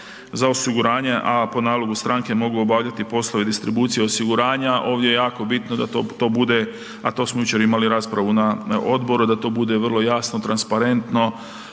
za osiguranje, a po nalogu stranke mogu obavljati poslovi distribucije osiguranja. Ovdje je jako bitno da to bude, a to smo jučer imali raspravnu na odboru, da to bude vrlo jasno, transparentno